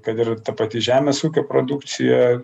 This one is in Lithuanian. kad ir ta pati žemės ūkio produkcija